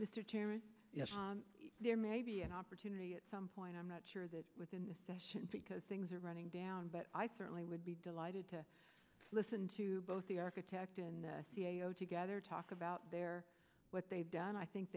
chairman there may be an opportunity at some point i'm not sure that within the session because things are running down but i certainly would be delighted to listen to both the architect and together talk about their what they've done i think